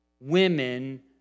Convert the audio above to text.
women